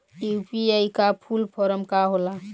UPI का full form का होला?